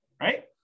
right